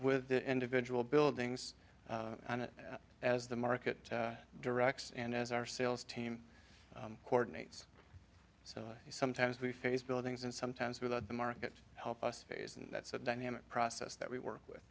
with the individual buildings on it as the market directs and as our sales team coordinates so sometimes we face buildings and sometimes without the market help us phase and that's a dynamic process that we work with